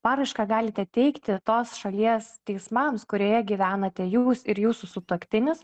paraišką galite teikti tos šalies teismams kurioje gyvenate jūs ir jūsų sutuoktinis